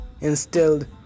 instilled